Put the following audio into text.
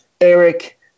Eric